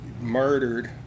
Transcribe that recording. murdered